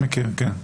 מכיר, כן.